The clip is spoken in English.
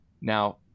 Now